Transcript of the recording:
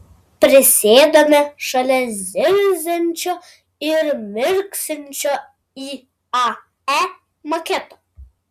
prisėdame šalia zirziančio ir mirksinčio iae maketo